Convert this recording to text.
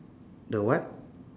the what